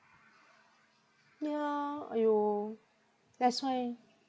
ya lah !aiyo! that's why